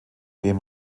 dem